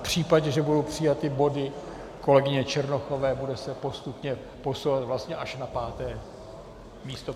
V případě, že budou přijaty body kolegyně Černochové, bude se postupně posouvat vlastně až na páté místo.